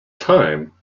time